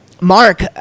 Mark